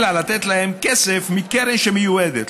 אלא לתת להם כסף מקרן מיועדת.